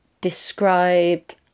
described